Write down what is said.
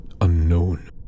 unknown